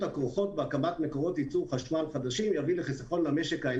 הכרוכות בהקמת מקורות ייצור חשמל חדשים יביא לחיסכון במשק האנרגיה".